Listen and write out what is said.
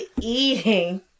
eating